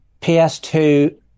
PS2